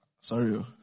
Sorry